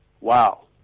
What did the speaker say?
wow